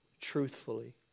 truthfully